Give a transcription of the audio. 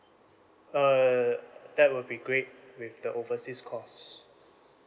err that would be great with the overseas calls